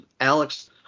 Alex